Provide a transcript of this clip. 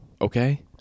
okay